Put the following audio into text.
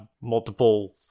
multiple